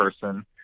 person